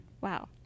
Wow